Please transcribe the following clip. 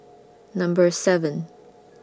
Number seven